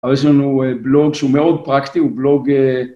אבל יש לנו בלוג שהוא מאוד פרקטי, הוא בלוג...